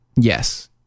Yes